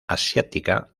asiática